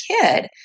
kid